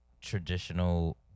traditional